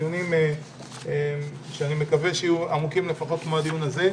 דיונים שאני מקווה שיהיו עמוקים לפחות כמו הדיון הזה.